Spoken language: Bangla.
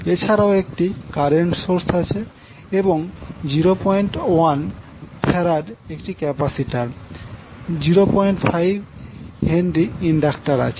এছাড়াও একটি কারেন্ট সোর্স আছে এবং 01F একটি ক্যাপাসিটর 05H ইন্ডাক্টর আছে